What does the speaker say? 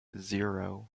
zero